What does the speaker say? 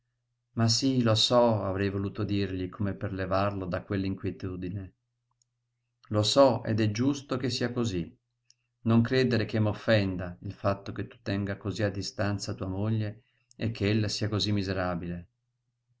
ma sí lo so avrei voluto dirgli per levarlo da quella inquietudine lo so ed è giusto che sia cosí non credere che m'offenda il fatto che tu tenga cosí a distanza tua moglie e che ella sia cosí miserablle